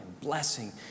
blessing